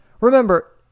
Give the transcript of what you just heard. Remember